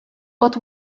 but